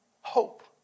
hope